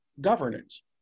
governance